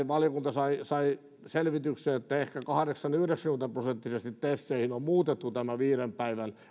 valiokunta sai sai selvityksen että ehkä kahdeksankymmentä viiva yhdeksänkymmentä prosenttisesti teseihin on muutettu tämä viiden päivän